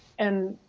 and